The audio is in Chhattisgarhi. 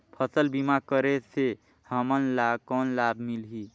फसल बीमा करे से हमन ला कौन लाभ मिलही?